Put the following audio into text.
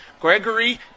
Gregory